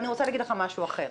אני רוצה להגיד לך משהו אחר.